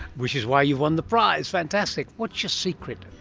which is why you won the prize. fantastic. what's your secret?